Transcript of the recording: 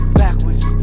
backwards